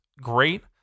great